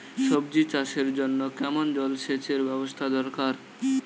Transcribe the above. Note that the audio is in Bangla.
সবজি চাষের জন্য কেমন জলসেচের ব্যাবস্থা দরকার?